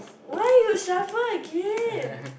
why you shuffle again